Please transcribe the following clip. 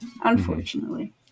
Unfortunately